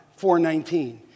4.19